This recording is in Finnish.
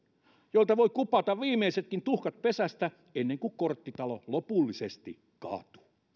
joilta voi kupata viimeisetkin tuhkat pesästä ennen kuin korttitalo lopullisesti kaatuu